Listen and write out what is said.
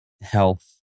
health